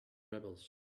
rebels